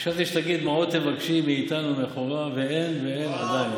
חשבתי שתגיד: מה עוד תבקשי מאיתנו מכורה ואין ואין עדיין?